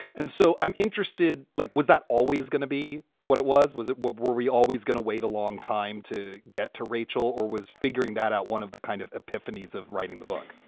and so i'm interested like. was that always gonna be what it was? was it. were we always going to wait a long time to get to rachel? or was figuring that out one of the kind of epiphanies of writing the book